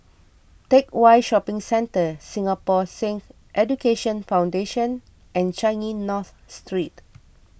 Teck Whye Shopping Centre Singapore Sikh Education Foundation and Changi North Street